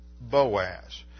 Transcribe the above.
Boaz